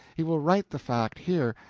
he will write the fact here,